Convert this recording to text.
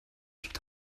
gibt